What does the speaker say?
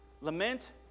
Lament